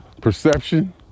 perception